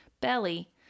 Belly